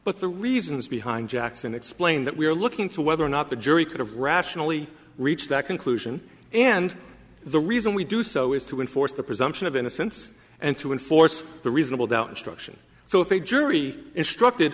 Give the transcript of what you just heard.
but the reasons behind jackson explained that we are looking to whether or not the jury could have rationally reached that conclusion and the reason we do so is to enforce the presumption of innocence and to enforce the reasonable doubt instruction so if a jury instructed